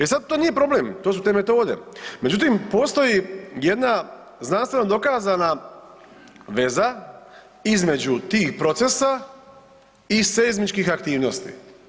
E sad to nije problem, to su te metode, međutim postoji jedna znanstveno dokazana veza između tih procesa i seizmičkih aktivnosti.